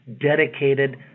dedicated